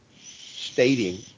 stating